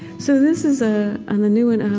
so this is ah on the new one. and